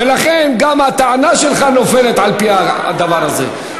ולכן, גם הטענה שלך נופלת על-פי הדבר הזה.